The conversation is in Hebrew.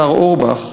השר אורבך,